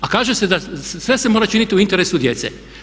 A kaže se da sve se mora činiti u interesu djece.